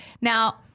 Now